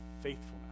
faithfulness